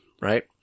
right